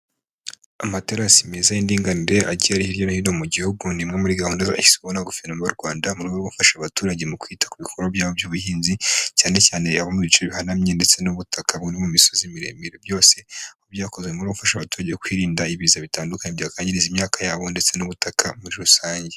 Amaterasi meza y'indinganire agiye ari hirya no hino mu gihugu, ni imwe muri gahunda guverinoma y'u Rwanda mu rwego rwo gufasha abaturage mu kwita ku bikorwa byabo by'ubuhinzi cyane cyane abo mu bice bihanamye ndetse n'ubutaka buri mu misozi miremire. Byose byakozwe mu rwego rwo gufasha abaturage kwirinda ibiza bitandukanye byakwangiriza imyaka yabo ndetse n'ubutaka muri rusange.